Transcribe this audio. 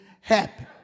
happy